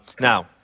Now